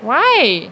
why